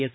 S